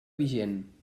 vigent